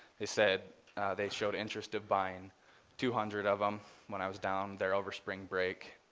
they said they showed interest of buying two hundred of them when i was down there over spring break.